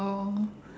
oh